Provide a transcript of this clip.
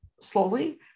slowly